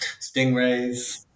stingrays